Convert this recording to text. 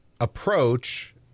approach